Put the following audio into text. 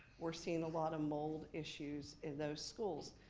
we're seeing a lot of mold issues in those schools.